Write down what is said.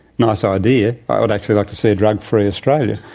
nice idea, i would actually like to see a drug-free australia,